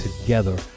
together